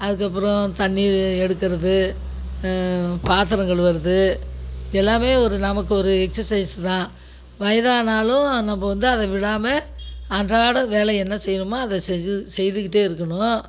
அதுக்கப்புறோம் தண்ணீர் எடுக்கிறது பாத்திரம் கழுவுறது எல்லாமே ஒரு நமக்கு ஒரு எக்சசைஸ் தான் வயதானாலும் நம்ம வந்து அதை விடாமல் அன்றாட வேலை என்ன செய்யணுமோ அதை செஞ் செய்துகிட்டேருக்கனும்